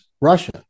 Russia